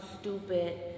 stupid